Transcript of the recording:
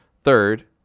Third